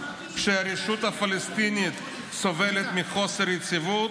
כשהרשות הפלסטינית סובלת מחוסר יציבות,